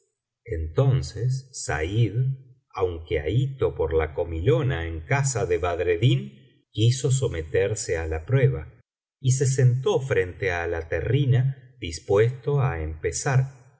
entonces said aunque abito por la comilona en casa de badreddin quiso someterse á la prueba y se sentó frente á la terrina dispuesto á empezar